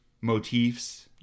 motifs